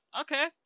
Okay